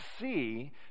see